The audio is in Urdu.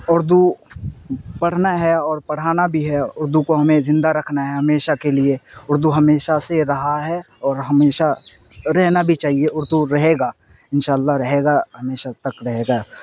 اردو پڑھنا ہے اور پڑھانا بھی ہے اردو کو ہمیں زندہ رکھنا ہے ہمیشہ کے لیے اردو ہمیشہ سے رہا ہے اور ہمیشہ رہنا بھی چاہیے اردو رہے گا ان شاء اللہ رہے گا ہمیشہ تک رہے گا